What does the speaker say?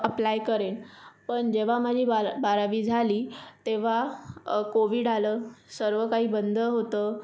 apply करेन पण जेव्हा माझी बारा बारावी झाली तेव्हा कोविड आलं सर्व काही बंद होतं